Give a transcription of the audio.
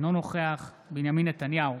אינו נוכח בנימין נתניהו,